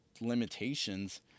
limitations